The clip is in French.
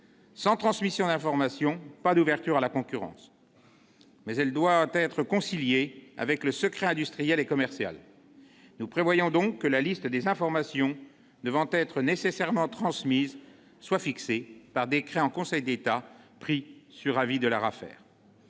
Sans transmission d'information, il n'y aura pas d'ouverture à la concurrence. Mais cette obligation doit être conciliée avec le secret industriel et commercial. Nous prévoyons donc que la liste des données devant être nécessairement transmises soit fixée par décret en Conseil d'État pris sur avis de l'ARAFER.